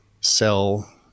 sell